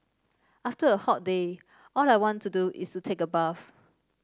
after a hot day all I want to do is take a bath